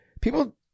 people